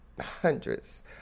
hundreds